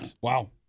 Wow